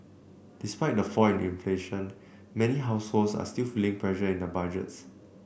despite the fall in inflation many households are still feeling pressure in the budgets